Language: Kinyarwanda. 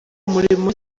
murimo